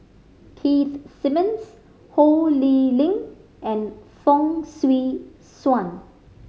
Keith Simmons Ho Lee Ling and Fong Swee Suan